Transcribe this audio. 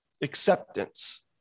Acceptance